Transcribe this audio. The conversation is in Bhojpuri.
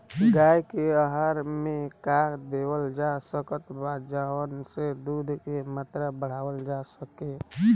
गाय के आहार मे का देवल जा सकत बा जवन से दूध के मात्रा बढ़ावल जा सके?